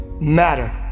matter